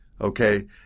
okay